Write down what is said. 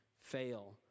fail